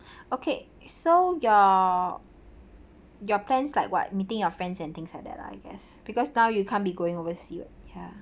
okay so your your plans like what meeting your friends and things like lah I guess because now you can't be going oversea [what] ya